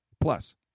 Plus